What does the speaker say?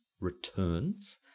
returns